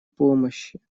помощи